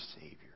Savior